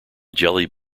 jelly